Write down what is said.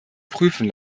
prüfen